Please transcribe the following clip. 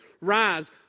Rise